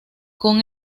con